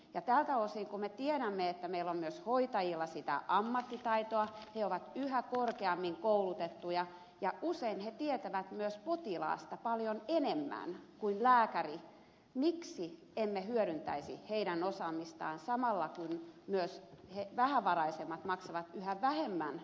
ja tältä osin kun me tiedämme että meillä on myös hoitajilla sitä ammattitaitoa he ovat yhä korkeammin koulutettuja ja usein he tietävät myös potilaasta paljon enemmän kuin lääkäri niin miksi emme hyödyntäisi heidän osaamistaan kun samalla myös vähävaraisemmat maksavat yhä vähemmän maksuja